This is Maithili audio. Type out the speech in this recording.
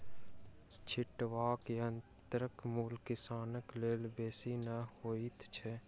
छिटबाक यंत्रक मूल्य किसानक लेल बेसी नै होइत छै